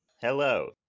Hello